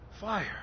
fire